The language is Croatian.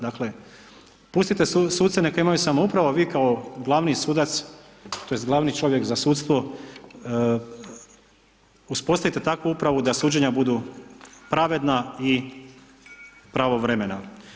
Dakle, pustite suce neka imaju samoupravu, a vi kao glavni sudac, tj. glavni čovjek za sudstvo, uspostavite takvu upravu da suđenja budu pravedna i pravovremena.